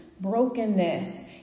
brokenness